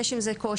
יש עם זה קושי.